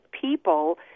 people